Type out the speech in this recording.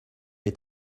est